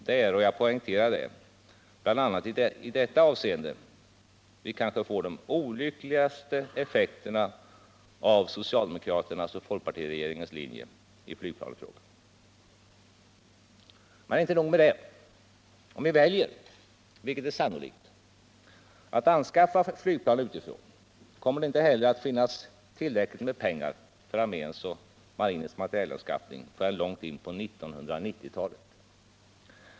Det är — jag poängterar detta — bl.a. i detta avseende som vi kanske får den olyckligaste effekten av socialdemokraternas och folkpartiregeringens linje i flygplansfrågan. Men inte nog med det. Om vi väljer — vilket är sannolikt — att anskaffa flygplan utifrån, kommer det inte heller att finnas tillräckligt med pengar för arméns och marinens materielanskaffning förrän långt in på 1990-talet.